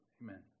Amen